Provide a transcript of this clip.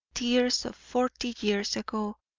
tears of forty years ago,